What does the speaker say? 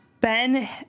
Ben